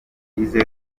tugize